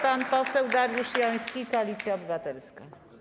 Pan poseł Dariusz Joński, Koalicja Obywatelska.